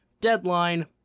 deadline